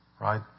Right